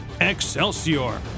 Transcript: Excelsior